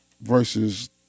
versus